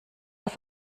auf